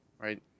right